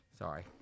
Sorry